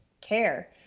care